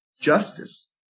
justice